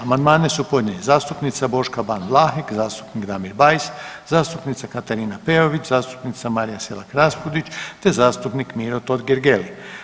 Amandmane su podnijeli zastupnica Boška Ban Vlahek, zastupnik Damir Bajs, zastupnica Katarina Peović, zastupnica Marija Selak Raspudić, te zastupnik Miro Totgergeli.